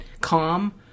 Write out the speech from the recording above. calm